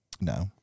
No